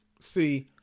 See